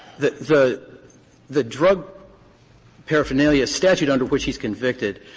the the the drug paraphernalia statute under which he's convicted